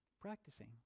practicing